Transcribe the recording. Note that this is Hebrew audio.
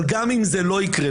אבל גם אם זה לא יקרה,